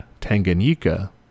Tanganyika